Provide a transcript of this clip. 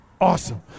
Awesome